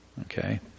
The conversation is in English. okay